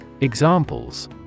Examples